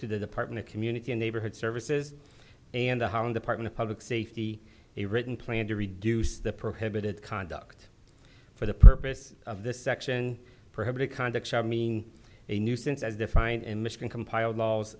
to the department of community and neighborhood services and the harlem department of public safety a written plan to reduce the prohibited conduct for the purpose of this section perhaps to conduct i mean a nuisance as defined in michigan compiled laws